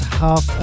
half